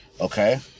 Okay